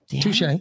Touche